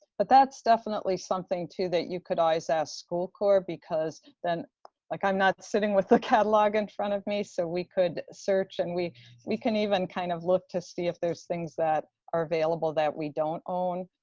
but that's definitely something too, that you could always ask school corps, because then like i'm not sitting with the catalog in front of me. so we could search and we we can even kind of look to see if there's things that are available that we don't own.